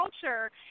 culture